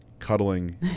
cuddling